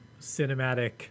cinematic